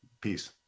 Peace